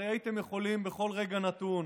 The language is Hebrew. הרי הייתם יכולים בכל רגע נתון,